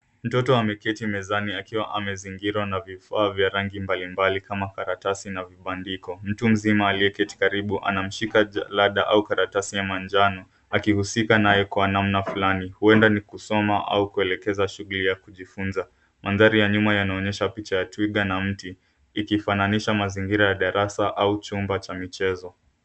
Mtoto ameketi mezani akiwa amezingirwa na vifaa vya rangi mbalimbali kama karatasi na vibandiko. Mtu mzima aliyeketi karibu anamshika rada au karatasi ya manjano akihusika naye kwa namna fulani huenda ni kusoma au kuelekeza shughuli ya kujifunza. Mandhari ya nyuma yanaonyesha picha ya twiga na mti ikifananisha mazingira ya darasa au chumba cha michezo.